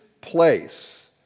place